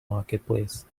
marketplace